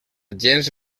gens